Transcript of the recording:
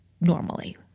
normally